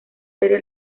serie